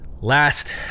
Last